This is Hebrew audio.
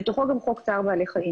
בתוכו גם חוק צער בעלי חיים